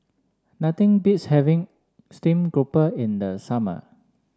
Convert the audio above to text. nothing beats having steam grouper in the summer